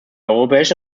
europäische